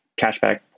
cashback